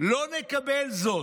לא נקבל זאת.